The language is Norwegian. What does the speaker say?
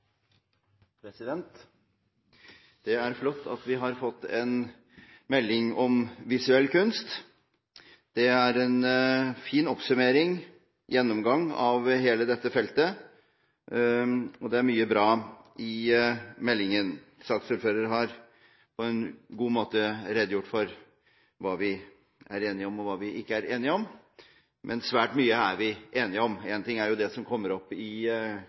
til. Det er flott at vi har fått en melding om visuell kunst. Det er en fin oppsummering og gjennomgang av hele dette feltet, og det er mye bra i meldingen. Saksordføreren har på en god måte redegjort for hva vi er enige om, og hva vi ikke er enige om, men svært mye er vi enige om. Én ting er det som kommer opp i